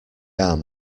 arm